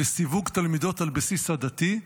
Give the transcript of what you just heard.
לסיווג תלמידות על בסיס עדתי,